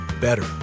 better